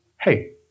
hey